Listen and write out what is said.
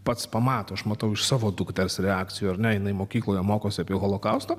pats pamato aš matau iš savo dukters reakcijų ar ne jinai mokykloje mokosi apie holokaustą